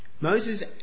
Moses